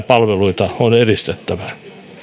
palveluita on edistettävä